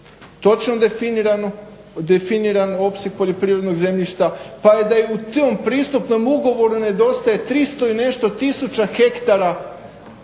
točno definiran opseg poljoprivrednog zemljišta pa da je i u tom pristupnom ugovoru nedostaje 300 i nešto tisuća hektara